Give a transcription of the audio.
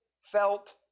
felt